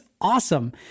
awesome